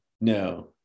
No